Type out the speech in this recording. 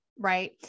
right